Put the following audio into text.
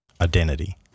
identity